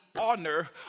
honor